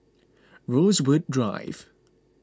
Rosewood Drive